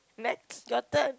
next your turn